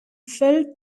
fell